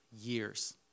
years